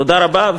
תודה רבה.